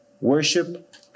worship